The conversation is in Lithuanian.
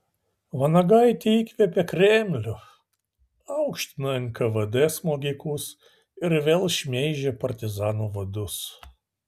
vanagaitė įkvėpė kremlių aukština nkvd smogikus ir vėl šmeižia partizanų vadus